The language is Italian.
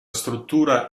struttura